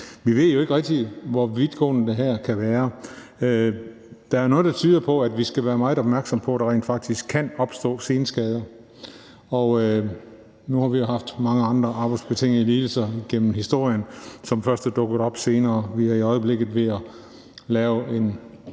Vi ved jo ikke rigtig, hvor vidtgående det her kan være. Der er noget, der tyder på, at vi skal være meget opmærksomme på, at der rent faktisk kan opstå senskader. Og nu har vi jo haft mange andre arbejdsbetingede lidelser igennem historien, som først er dukket op senere. Vi er i øjeblikket ved at lave,